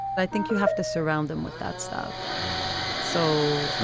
i think you have to surround them with that stuff so you